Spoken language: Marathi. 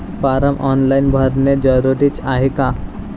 फारम ऑनलाईन भरने जरुरीचे हाय का?